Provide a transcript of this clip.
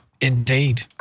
Indeed